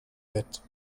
bett